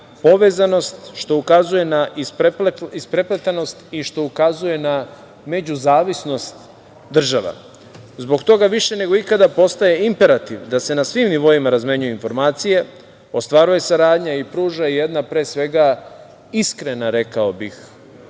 povezanost, što ukazuje na isprepletanost i što ukazuje na međuzavisnost država. Zbog toga više nego ikada postaje imperativ da se na svim nivoima razmenjuju informacije, ostvaruje saradnja i pruža jedna, pre svega iskrena, rekao bih